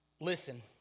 Listen